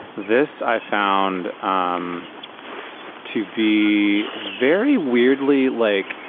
this i found um to be very weirdly like